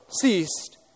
ceased